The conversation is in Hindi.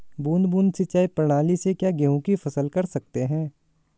बूंद बूंद सिंचाई प्रणाली से क्या गेहूँ की फसल कर सकते हैं?